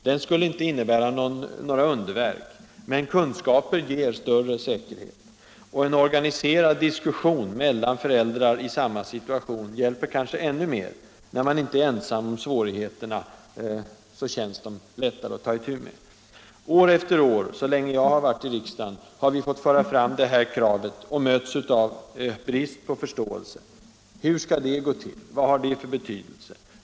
Den skulle inte innebära några underverk, men kunskaper ger större säkerhet. Och en organiserad diskussion mellan föräldrar i samma situation hjälper kanske ännu mer — när man inte är ensam om svårigheterna känns de lättare att ta itu med. År efter år, så länge jag har varit i riksdagen, har vi fått föra fram detta krav och mötts av brist på förståelse: Hur skall det gå till, vad har det för betydelse?